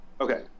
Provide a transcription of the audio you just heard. Okay